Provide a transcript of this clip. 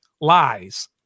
lies